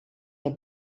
der